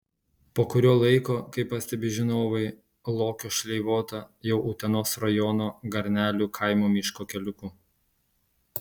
po kurio laiko kaip pastebi žinovai lokio šleivota jau utenos rajono garnelių kaimo miško keliuku